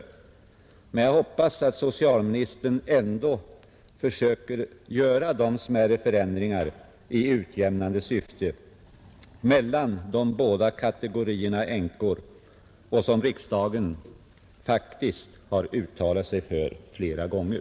Men jag 125 hoppas att socialministern ändå försöker göra de smärre förändringar i utjämnande syfte mellan de båda kategorierna änkor som riksdagen faktiskt har uttalat sig för flera gånger.